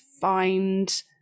find